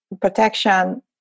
protection